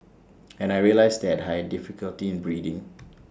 and I realised that I had difficulty in breathing